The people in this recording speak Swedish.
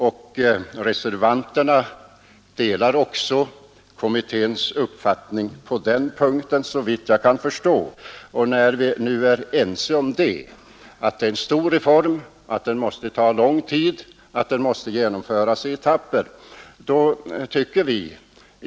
Reservanterna delar såvitt jag förstår kommitténs uppfattning på den punkten. Vi är alltså ense om att det är en stor reform, att den måste ta lång tid och att den måste genomföras i etapper.